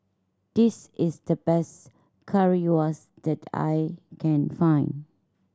this is the best Currywurst that I can find